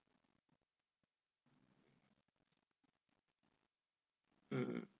mm